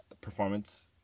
performance